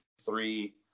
three